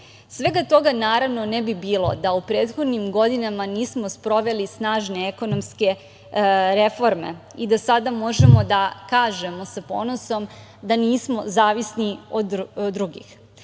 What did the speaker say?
Svega toga, naravno, ne bi bilo da u prethodnim godinama nismo sproveli snažne ekonomske reforme i da sada možemo da kažemo sa ponosom da nismo zavisni od drugih.S